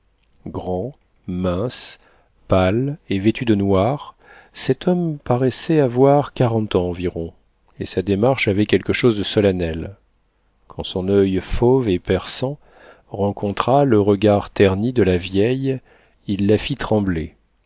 grand mince pâle et vêtu de noir cet homme paraissait avoir quarante ans environ et sa démarche avait quelque chose de solennel quand son oeil fauve et perçant rencontra le regard terni de la vieille il la fit trembler